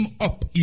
up